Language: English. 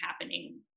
happening